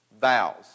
vows